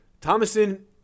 Thomason